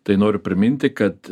tai noriu priminti kad